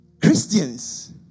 Christians